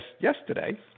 yesterday